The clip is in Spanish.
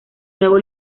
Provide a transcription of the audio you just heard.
nuevo